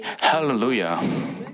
Hallelujah